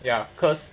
ya cause